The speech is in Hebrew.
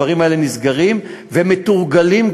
הדברים האלה נסגרים ומתורגלים.